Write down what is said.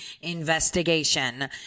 investigation